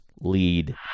lead